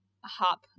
hop